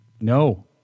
No